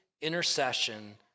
intercession